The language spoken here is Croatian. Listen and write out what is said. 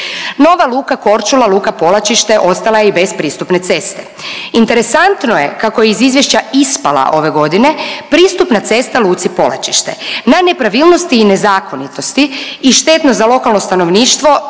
Nova luka Korčula, luka Polačište ostala je i bez pristupne ceste. Interesantno je kako je iz izvješća ispala ove godine pristupna cesta luci Polačište. Na nepravilnosti i nezakonitosti i štetnost za lokalno stanovništvo